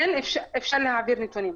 כן, אפשר להעביר נתונים.